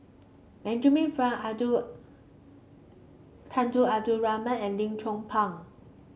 Benjamin Frank Abdul Tunku Abdul Rahman and Lim Chong Pang